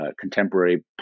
contemporary